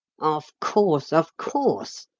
of course! of course!